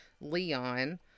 Leon